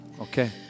Okay